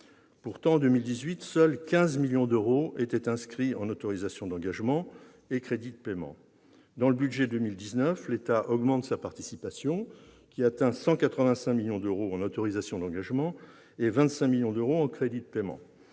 Pourtant, en 2018, seuls 15 millions d'euros étaient inscrits en autorisations d'engagement et en crédits de paiement. Dans le budget pour 2019, l'État augmente sa participation, qui atteint 185 millions d'euros en autorisations d'engagement et 25 millions d'euros en crédits de paiement.